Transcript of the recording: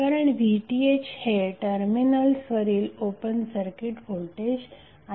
कारण VTh हे terminals वरील ओपन सर्किट व्होल्टेज आहे